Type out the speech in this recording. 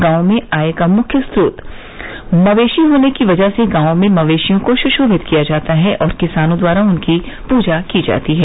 गांवों में आय का मुख्य च्रोत मवेशी होने की वजह से गांवों में मवेशियों को सुशोभित किया जाता है और किसानों द्वारा उसकी पूजा की जाती है